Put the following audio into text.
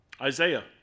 Isaiah